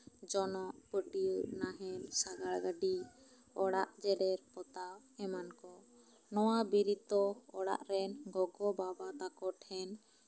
ᱡᱚᱱᱚᱜ ᱯᱟᱹᱴᱤᱭᱟᱹ ᱱᱟᱦᱮᱞ ᱥᱟᱜᱟᱲ ᱜᱟᱹᱰᱤ ᱚᱲᱟᱜ ᱡᱮᱨᱮᱲ ᱯᱚᱛᱟᱣ ᱮᱢᱟᱱ ᱠᱚ ᱱᱚᱶᱟ ᱵᱤᱨᱤᱫ ᱫᱚ ᱚᱲᱟᱜ ᱨᱮᱱ ᱜᱚᱜᱚ ᱵᱟᱵᱟ ᱛᱟᱠᱚ ᱴᱷᱮᱱ